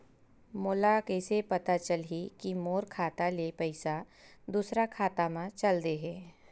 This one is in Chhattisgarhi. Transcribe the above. मोला कइसे पता चलही कि मोर खाता ले पईसा दूसरा खाता मा चल देहे?